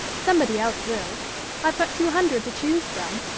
somebody else will i've got two hundred to choose from,